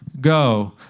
go